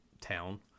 town